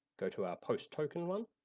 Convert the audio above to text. go to our post token one.